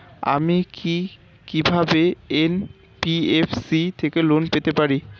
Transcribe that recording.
আমি কি কিভাবে এন.বি.এফ.সি থেকে লোন পেতে পারি?